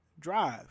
drive